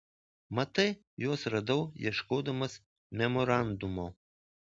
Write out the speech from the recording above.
matai juos radau ieškodamas memorandumo